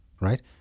right